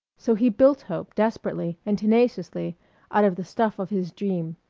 so he built hope desperately and tenaciously out of the stuff of his dream,